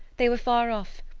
they were far off,